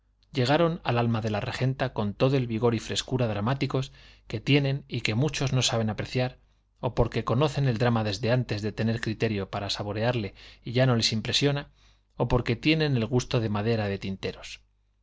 llegaron al alma de la regenta con todo el vigor y frescura dramáticos que tienen y que muchos no saben apreciar o porque conocen el drama desde antes de tener criterio para saborearle y ya no les impresiona o porque tienen el gusto de madera de tinteros